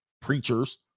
preachers